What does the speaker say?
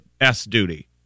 S-duty